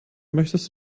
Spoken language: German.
möchtest